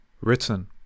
written